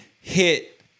hit